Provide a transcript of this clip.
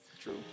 True